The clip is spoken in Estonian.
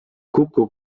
kuku